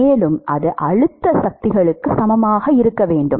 மேலும் அது அழுத்த சக்திகளுக்கு சமமாக இருக்க வேண்டும்